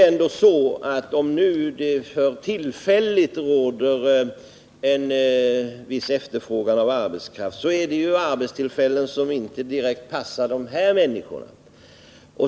Även om det för tillfället råder en viss efterfrågan på arbetskraft, är det ändå fråga om arbetstillfällen som inte direkt passar för de här människorna.